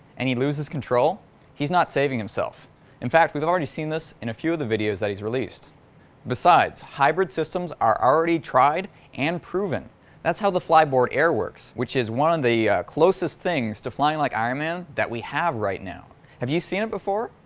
and he loses control he's not saving himself in fact. we've already seen this in a few of the videos that he's released besides hybrid systems are already tried and proven that's how the flyboard air works, which is one of the closest things to flying like ironman that we have right now have you seen it before?